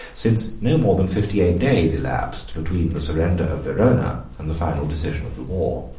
since no more than fifty-eight days elapsed between the surrender of verona and the final decision of the war.